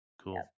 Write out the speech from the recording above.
cool